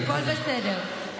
הכול בסדר.